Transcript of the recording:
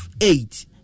eight